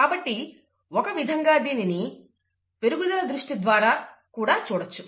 కాబట్టి ఒక విధంగా దీనిని పెరుగుదల దృష్టి ద్వారా కూడా చూడవచ్చు